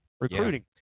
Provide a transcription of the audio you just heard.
recruiting